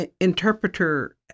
interpreter